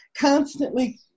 constantly